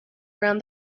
around